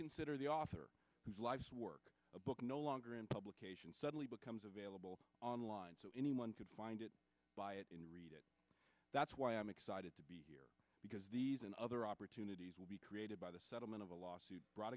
consider the author whose lives work a book no longer in publication suddenly becomes available online so anyone could find it buy it in read it that's why i'm excited to be here because these and other opportunities will be created by the settlement of a lawsuit brought